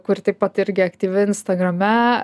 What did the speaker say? kur taip pat irgi aktyvi instagrame